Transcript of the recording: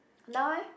now eh